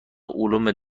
علوم